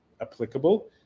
applicable